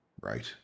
Right